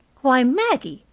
why, maggie,